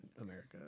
America